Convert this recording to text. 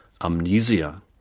amnesia